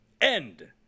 End